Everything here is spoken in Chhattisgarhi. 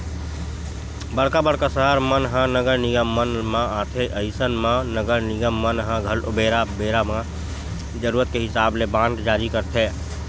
बड़का बड़का सहर मन ह नगर निगम मन म आथे अइसन म नगर निगम मन ह घलो बेरा बेरा म जरुरत के हिसाब ले बांड जारी करथे